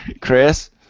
Chris